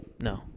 No